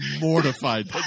mortified